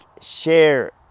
share